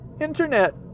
Internet